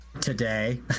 today